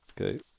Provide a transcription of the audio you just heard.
okay